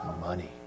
money